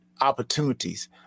opportunities